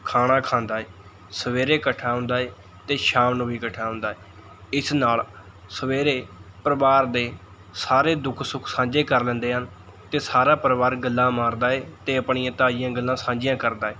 ਖਾਣਾ ਖਾਂਦਾ ਏ ਸਵੇਰੇ ਇਕੱਠਾ ਹੁੰਦਾ ਏ ਅਤੇ ਸ਼ਾਮ ਨੂੰ ਵੀ ਇਕੱਠਾ ਹੁੰਦਾ ਏ ਇਸ ਨਾਲ ਸਵੇਰੇ ਪਰਿਵਾਰ ਦੇ ਸਾਰੇ ਦੁੱਖ ਸੁੱਖ ਸਾਂਝੇ ਕਰ ਲੈਂਦੇ ਹਨ ਅਤੇ ਸਾਰਾ ਪਰਿਵਾਰ ਗੱਲਾਂ ਮਾਰਦਾ ਏ ਅਤੇ ਆਪਣੀਆਂ ਤਾਜੀਆਂ ਗੱਲਾਂ ਸਾਂਝੀਆਂ ਕਰਦਾ ਏ